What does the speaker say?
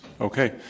Okay